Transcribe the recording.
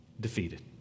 defeated